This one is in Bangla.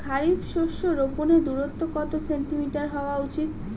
খারিফ শস্য রোপনের দূরত্ব কত সেন্টিমিটার হওয়া উচিৎ?